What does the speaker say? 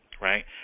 right